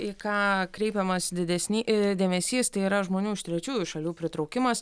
į ką kreipiamas didesni dėmesys tai yra žmonių iš trečiųjų šalių pritraukimas